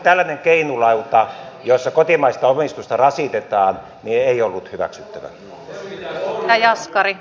tällainen keinulauta jossa kotimaista omistusta rasitetaan ei ollut hyväksyttävää